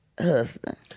husband